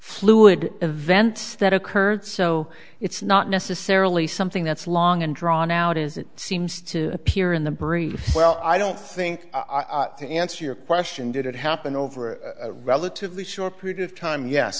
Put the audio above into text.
fluid events that occurred so it's not necessarily something that's long and drawn out as it seems to appear in the brain well i don't think i can answer your question did it happen over a relatively short period of time ye